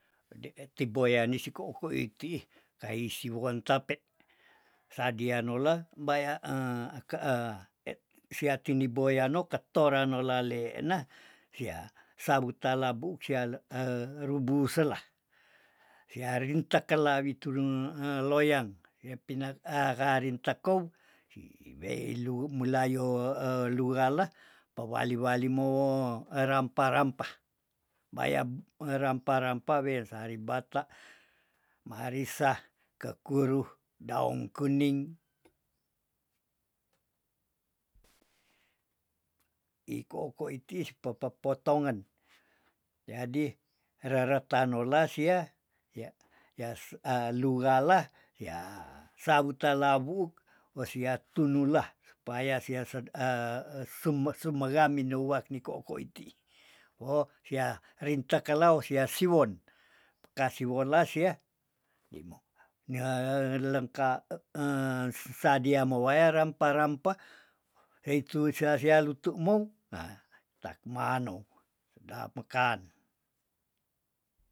Tiboyani siko koitiih kaisiwon tape sadia nola baya aka e sia tini boyano keto ranolale na sia sabu ta labu siale rubu selah siarin tekela wi tudung loyang epina akarin tekou si wei lu melayo lurala pewali wali mo erampa- rampa bayap rampa- rampa we sarimbata, marisa, kekuru, daong kuning, ikoko itiih pe pe potongan jadi reretanola sia ya yasu alurala yah sawu talabuuk osia tunula spaya sia sed sume- sumera minewak niko ko itiih woh sia rintekeleu sia siwon kasi wolah sia, nieleng ka sadia mowe rampa- rampa hei tu sia sia lutumou hah tak mano sedap mekan.